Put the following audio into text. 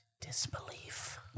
disbelief